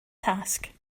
task